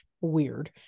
weird